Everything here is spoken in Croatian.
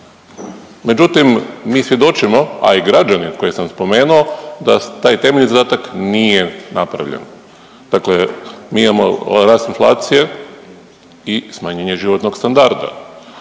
Međutim, mi svjedočimo, a i građanin kojeg sam spomenuo da taj temeljni zadatak nije napravljen. Dakle, mi imamo ovaj rast inflacije i smanjenje životnog standarda.